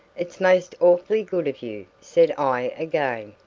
it's most awfully good of you, said i again.